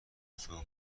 صبح